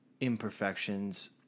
imperfections